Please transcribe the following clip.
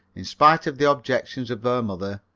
in spite of the objections of her mother,